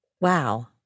Wow